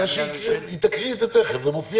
היא תקריא את זה תיכף, זה מופיע